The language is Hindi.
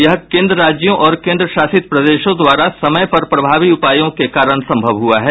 यह केन्द्र राज्यों और केन्द्र शासित प्रदेशों द्वारा समय पर प्रभावी उपायों के कारण संभव हुआ है